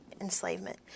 enslavement